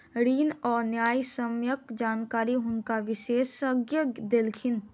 ऋण आ न्यायसम्यक जानकारी हुनका विशेषज्ञ देलखिन